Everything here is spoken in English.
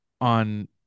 on